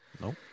Nope